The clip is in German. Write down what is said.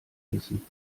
wissen